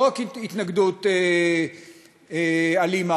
לא רק התנגדות אלימה.